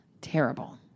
terrible